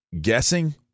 guessing